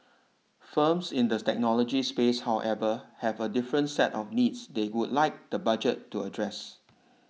firms in the technology space however have a different set of needs they would like the budget to address